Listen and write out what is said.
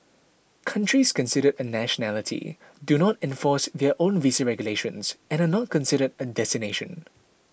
countries considered a nationality do not enforce their own visa regulations and are not considered a destination